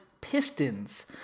Pistons